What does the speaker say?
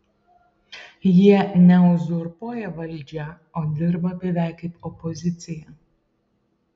jie ne uzurpuoja valdžią o dirba beveik kaip opozicija